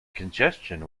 congestion